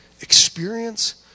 experience